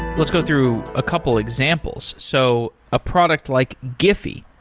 let's go through a couple examples. so a product like giphy,